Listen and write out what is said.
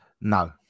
no